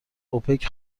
اوپک